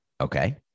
okay